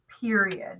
period